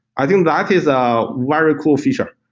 i think that is a very cool feature,